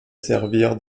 servir